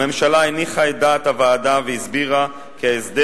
הממשלה הניחה את דעת הוועדה והסבירה כי ההסדר